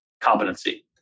competency